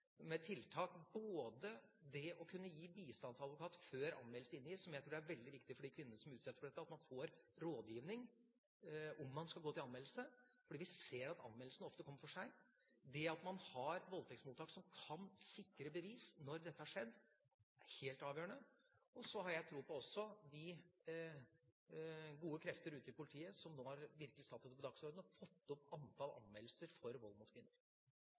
med tiltak som det å kunne få bistandsadvokat før anmeldelse inngis – jeg tror det er veldig viktig for de kvinnene som utsettes for dette, å få rådgivning om hvorvidt man skal gå til anmeldelse, fordi vi ser at anmeldelsene ofte kommer for sent. Det at man har voldtektsmottak som kan sikre bevis når dette har skjedd, er helt avgjørende, og så har jeg også tro på de gode krefter ute i politiet som nå virkelig har satt dette på dagsordenen, og fått opp antall anmeldelser for vold mot kvinner.